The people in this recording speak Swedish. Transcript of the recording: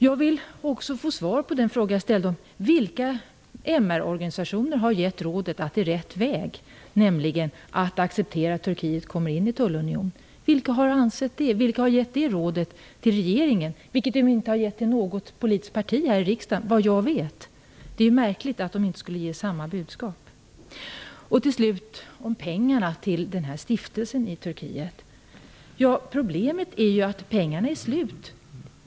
Jag vill också få svar på den fråga jag ställde om vilka MR-organisationer som har gett rådet att det här är rätt väg, nämligen att acceptera att Turkiet kommer in i tullunionen. Vilka har ansett det? Vilka har gett det rådet till regeringen, som de inte har gett till något politiskt parti här i riksdagen, vad jag vet? Det vore märkligt om de inte skulle ge samma budskap. Jag vill också säga något om pengarna till den här stiftelsen i Turkiet. Problemet är ju att pengarna är slut.